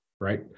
right